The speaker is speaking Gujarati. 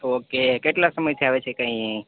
ઓકે કેટલા સમયથી આવે છે કઈ